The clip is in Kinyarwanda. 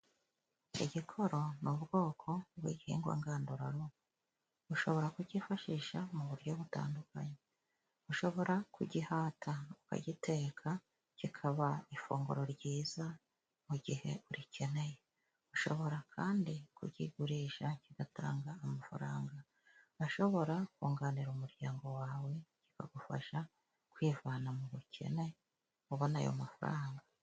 Igikoro ni ubwoko bw'igihingwa ngandurarugo, ushobora kucyifashisha mu buryo butandukanye, ushobora kugihata ukagiteka kikaba ifunguro ryiza mu gihe urikeneye, ushobora kandi kukigurisha kigatanga amafaranga, ashobora kunganira umuryango wawe kikagufasha kwivana mu bukene ubona ayo mafaranga.